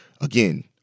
again